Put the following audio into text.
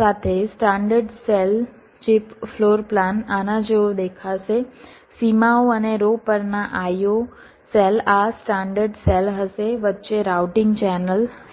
સાથે standard cell chip floorplan આના જેવો દેખાશે સીમાઓ અને રો પરના IO સેલ આ સ્ટાન્ડર્ડ સેલ હશે વચ્ચે રાઉટિંગ ચેનલ સાથે